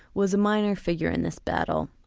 was a minor figure in this battle.